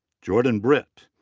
jordan britt.